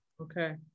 Okay